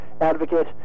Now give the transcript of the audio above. Advocate